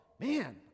man